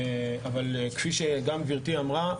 אבל כפי שגם גברתי אמרה,